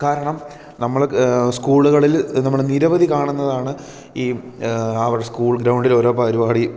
കാരണം നമ്മൾ സ്കൂളുകളിൽ നമ്മൾ നിരവധി കാണുന്നതാണ് ഈ സ്കൂൾ ഗ്രൗണ്ടിലോരോ പരിപാടി